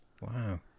Wow